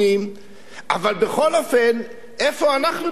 אבל בכל אופן, איפה אנחנו בכל הסיפור הזה?